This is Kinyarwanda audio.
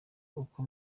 uko